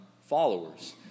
followers